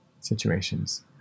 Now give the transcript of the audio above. situations